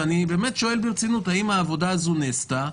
ואני באמת שואל ברצינות: האם העבודה הזו נעשתה?